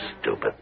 stupid